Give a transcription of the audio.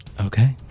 Okay